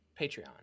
Patreon